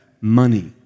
money